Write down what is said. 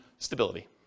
Stability